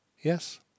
Yes